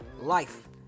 life